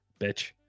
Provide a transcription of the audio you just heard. Bitch